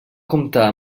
comptar